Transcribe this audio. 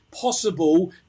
possible